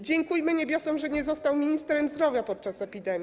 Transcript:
Dziękujmy niebiosom, że nie został ministrem zdrowia podczas epidemii.